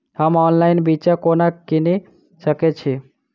हम ऑनलाइन बिच्चा कोना किनि सके छी?